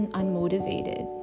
unmotivated